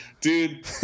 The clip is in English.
dude